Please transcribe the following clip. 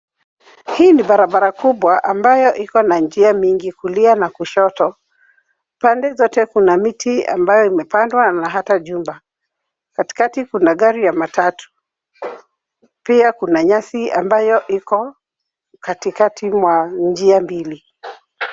Hii ni barabara ambayo ikona njia mingi kulia na kushoto. Pande zote kuna miti ambayo imependwa na hata jumba. Katikati kuna gari ya matatu, pia kuna nyasi ambayo iko katikati mwa njia mbili.